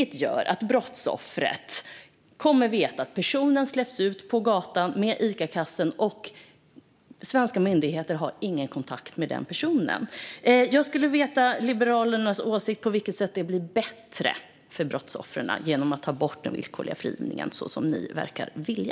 Det gör att brottsoffret kommer att veta att personen släpps ut på gatan med Icakassen, och svenska myndigheter har ingen kontakt med den personen. Jag skulle vilja veta Liberalernas åsikt om på vilket sätt det blir bättre för brottsoffren att man tar bort den villkorliga frigivningen, som ni verkar vilja.